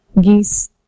geese